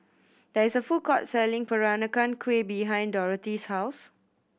there is a food court selling Peranakan Kueh behind Dorthy's house